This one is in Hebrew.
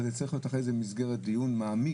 אבל זה צריך להיות אחרי זה במסגרת דיון מעמיק